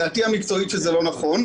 דעתי המקצועית היא שזה לא נכון.